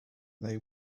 they